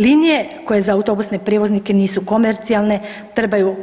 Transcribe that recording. Linije koje za autobusne prijevoznike nisu komercijalne trebaju